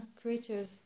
creatures